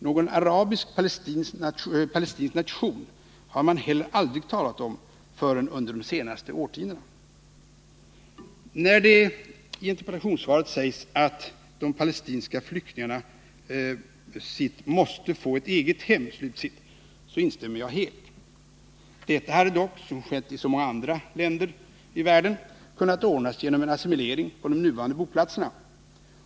Någon arabisk-palestinsk nation har man heller aldrig talat om förrän under de senaste årtiondena. När det i interpellationssvaret sägs att de palestinska flyktingarna ” måste få ett eget hem”, så instämmer jag helt. Detta hade dock, som skett i så många andra länder i världen, kunnat ordnas genom en assimilering på de nuvarande boplatserna.